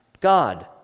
God